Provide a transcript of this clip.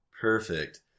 Perfect